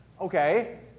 Okay